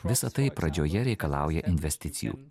visa tai pradžioje reikalauja investicijų